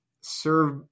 serve